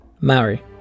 Maori